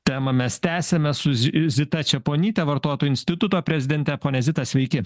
temą mes tęsiame su zi zita čeponytė vartotojų instituto prezidente ponia zita sveiki